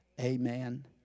Amen